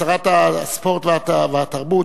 השאילתא לשרת הספורט והתרבות,